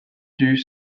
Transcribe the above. dut